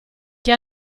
che